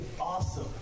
awesome